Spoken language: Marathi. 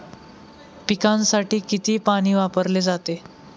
पिकांसाठी किती पाणी वापरले जाते?